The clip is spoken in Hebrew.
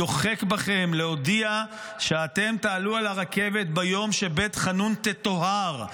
אני דוחק בכם להודיע שאתם תעלו על הרכבת ביום שבית חאנון תטוהר,